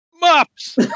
Mops